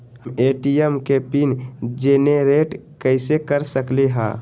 हम ए.टी.एम के pin generate कईसे कर सकली ह?